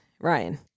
Ryan